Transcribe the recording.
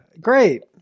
Great